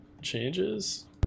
changes